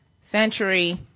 century